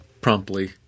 promptly